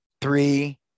three